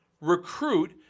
recruit –